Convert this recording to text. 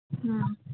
ਹਾਂ